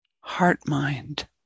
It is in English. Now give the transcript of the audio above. heart-mind